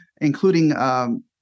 including